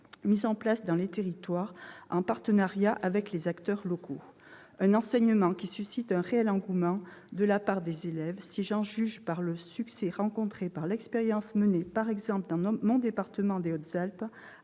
mises en place dans les territoires en partenariat avec les acteurs locaux. Cet enseignement suscite un réel engouement parmi les élèves, comme en témoigne le succès rencontré par l'expérience menée, dans mon département des Hautes-Alpes,